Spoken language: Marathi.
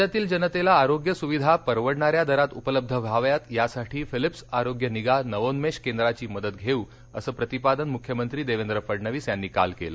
राज्यातील जनतेला आरोग्य सुविधा परवडणाऱ्या दरात उपलब्ध व्हाव्यात यासाठी फिलिप्स आरोग्यनिगा नवोन्मेष केंद्राची मदत घेऊ असं प्रतिपादन मुख्यमंत्री देवेंद्र फडणवीस यांनी काल केलं